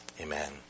amen